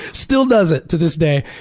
still does it to this day.